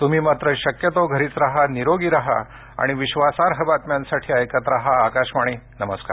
तुम्ही मात्र शक्यतो घरीच राहा निरोगी राहा आणि विश्वासार्ह बातम्यांसाठी ऐकत राहा आकाशवाणी नमस्कार